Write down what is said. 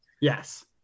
Yes